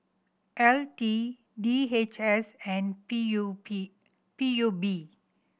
L T D H S and P U P P U B